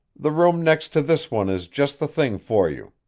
the room next to this one is just the thing for you.